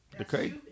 Okay